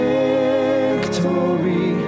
victory